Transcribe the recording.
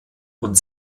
und